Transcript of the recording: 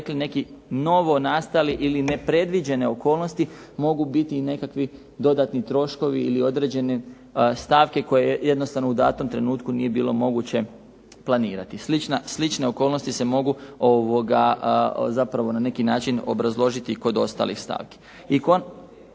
neki novonastali ili nepredviđene okolnosti mogu biti nekakvi dodatni troškovi ili određene stavke koje jednostavno u datom trenutku nije moguće planirati. Slične okolnosti se mogu zapravo na neki način obrazložiti kod ostalih stavki.